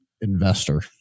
investor